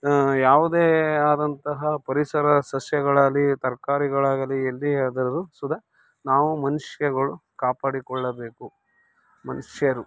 ಯಾವುದೇ ಆದಂತಹ ಪರಿಸರ ಸಸ್ಯಗಳಾಗಲೀ ತರ್ಕಾರಿಗಳಾಗಲೀ ಎಲ್ಲಿಯಾದರೂ ಸುದ ನಾವು ಮನುಷ್ಯರುಗಳು ಕಾಪಾಡಿಕೊಳ್ಳಬೇಕು ಮನುಷ್ಯರು